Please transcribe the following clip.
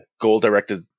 goal-directed